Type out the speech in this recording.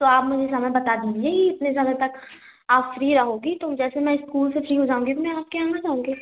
तो आप मुझे समय बता दीजिए ये इतने समय तक आप फ़्री रहोगी तो जैसे मैं इस्कूल से फ़्री हो जाऊँगी तो मैं आपके यहाँ आ जाऊँगी